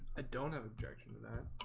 ah don't have objection to that